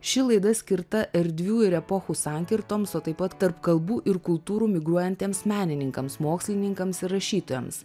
ši laida skirta erdvių ir epochų sankirtoms o taip pat tarp kalbų ir kultūrų migruojantiems menininkams mokslininkams ir rašytojams